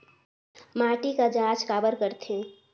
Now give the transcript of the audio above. माटी कर जांच काबर करथे?